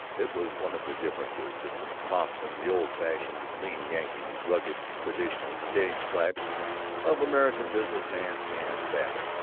it was one of the differences between thompson, the old-fashioned, lean yankee, rugged, traditional, stage type of american business man, and babbitt,